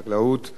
ופיתוח הכפר.